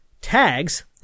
TAGS